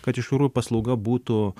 kad iš tikrųjų paslauga būtų